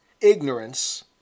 Ignorance